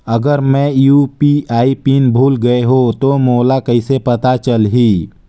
अगर मैं UPI PIN भुल गये हो तो मोला कइसे पता चलही?